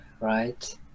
right